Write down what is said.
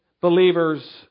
believers